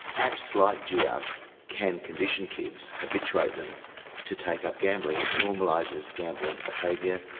apps like giiup can condition kids, habituate them to take up gambling. it normalises gambling behaviour.